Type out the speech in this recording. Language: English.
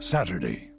Saturday